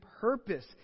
purpose